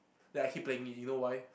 that I keep playing it you know why